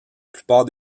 plupart